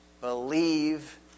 believe